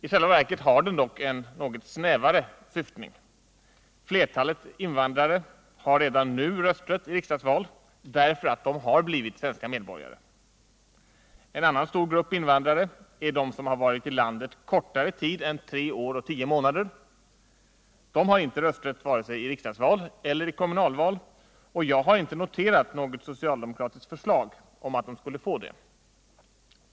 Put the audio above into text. I själva verket har den dock en något snävare syftning. Flertalet invandrare har redan nu rösträtt i riksdagsval därför att de har blivit svenska medborgare. En annan stor grupp invandrare är de som varit i landet kortare tid än tre år och tio månader. De har inte rösträtt vare sig i riksdagsval eller i kommunalval, och jag har inte noterat något socialdemokratiskt förslag om att de skulle få det.